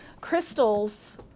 Crystals